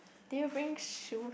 did you bring shoes